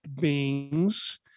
beings